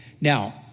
Now